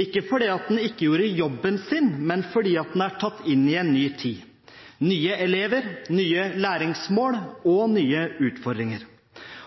ikke fordi den ikke gjorde jobben sin, men fordi den er tatt inn i en ny tid, med nye elever, nye læringsmål og nye utfordringer.